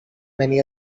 many